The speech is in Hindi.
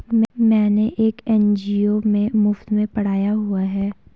मैंने एक एन.जी.ओ में मुफ़्त में पढ़ाया हुआ है